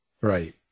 Right